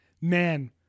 man